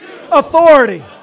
authority